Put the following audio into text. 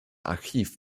archiv